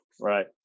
right